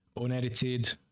unedited